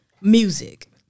music